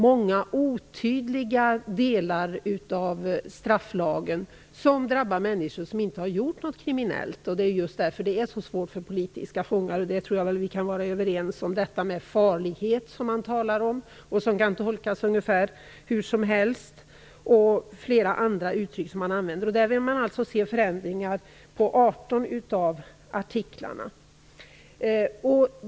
Många delar av strafflagen är otydliga och drabbar människor som inte har gjort något kriminellt. Det är just därför det är så svårt för politiska fångar. Det tror jag att vi kan vara överens om. Det handlar om den farlighet som man talar om, och som kan tolkas hur som helst, och flera andra uttryck som man använder. Där vill man alltså se förändringar i 18 av artiklarna.